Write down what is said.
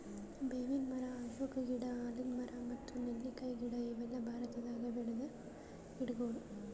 ಬೇವಿನ್ ಮರ, ಅಶೋಕ ಗಿಡ, ಆಲದ್ ಮರ ಮತ್ತ್ ನೆಲ್ಲಿಕಾಯಿ ಗಿಡ ಇವೆಲ್ಲ ಭಾರತದಾಗ್ ಬೆಳ್ಯಾದ್ ಗಿಡಗೊಳ್